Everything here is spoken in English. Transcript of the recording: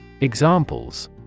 Examples